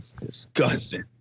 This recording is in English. Disgusting